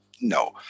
no